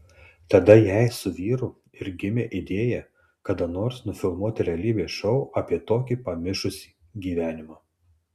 tada jai su vyru ir gimė idėja kada nors nufilmuoti realybės šou apie tokį pamišusį gyvenimą